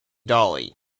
dolly